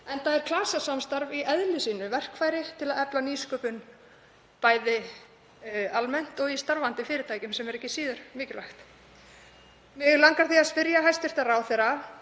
enda er klasasamstarf í eðli sínu verkfæri til að efla nýsköpun bæði almennt og í starfandi fyrirtækjum, sem er ekki síður mikilvægt. Mig langar því að spyrja hæstv. ráðherra: